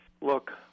Look